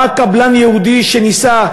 בא קבלן יהודי שניסה,